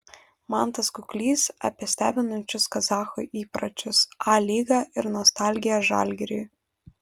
mantas kuklys apie stebinančius kazachų įpročius a lygą ir nostalgiją žalgiriui